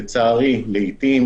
לצערי, לעתים